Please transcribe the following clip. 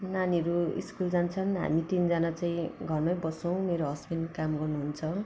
नानीहरू स्कुल जान्छन् हामी तिनजना चाहिँ घरमै बस्छौँ मेरो हस्बेन्ड काम गर्नुहुन्छ